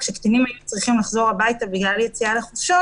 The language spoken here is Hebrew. כשקטינים היו צריכים לחזור הביתה בגלל יציאה לחופשות